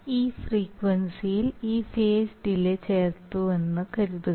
ഈ ഫ്രീക്വൻസിയിൽ ഈ ഫേസ് ഡിലേ ചേർത്തുവെന്ന് കരുതുക